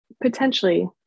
potentially